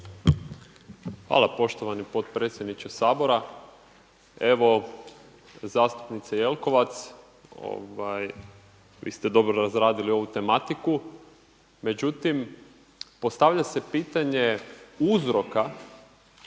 Hvala poštovani potpredsjedniče Sabora. Evo zastupnice Jelkovac, vi ste dobro razradili ovu tematiku, međutim postavlja se pitanje uzroka